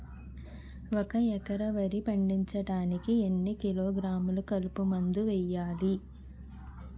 ఒక ఎకర వరి పండించటానికి ఎన్ని కిలోగ్రాములు కలుపు మందు వేయాలి?